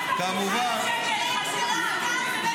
את מדברת על פריבילגים?